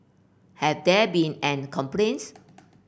have there been any complaints